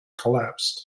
collapsed